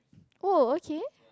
oh okay